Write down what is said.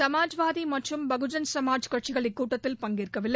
சமாஜ்வாதி மற்றும் பகுஜன் சமாஜ் கட்சிகள் இக்கூட்டத்தில் பங்கேற்கவில்லை